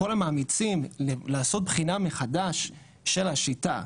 לצאת לשטח,